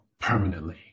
permanently